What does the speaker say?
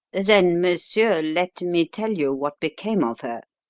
then, monsieur, let me tell you what became of her.